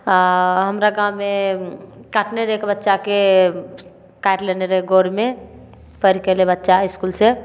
हमरा गाँवमे काटने रहै एक बच्चाके काटि लेने रहै गोरमे पढ़िके एलै बच्चा इसकुल से